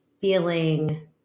feeling